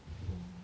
oh